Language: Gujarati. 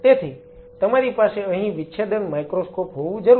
તેથી તમારી પાસે અહીં વિચ્છેદન માઇક્રોસ્કોપ હોવું જરૂરી છે